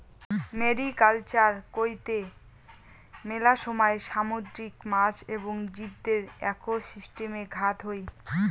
mariculture কৈত্তে মেলা সময় সামুদ্রিক মাছ এবং জীবদের একোসিস্টেমে ঘাত হই